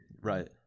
right